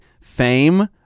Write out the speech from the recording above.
fame